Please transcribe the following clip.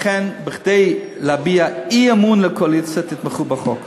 לכן, כדי להביע אי-אמון בקואליציה, תתמכו בחוק.